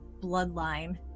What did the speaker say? bloodline